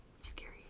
Scary